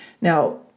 Now